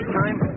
time